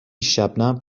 شبنم